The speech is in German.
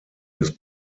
des